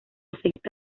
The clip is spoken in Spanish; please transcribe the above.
afecta